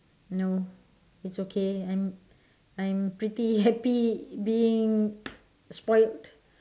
no it's okay I'm I'm pretty happy being spoilt